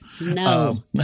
no